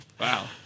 Wow